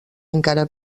encara